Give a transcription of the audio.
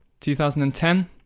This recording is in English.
2010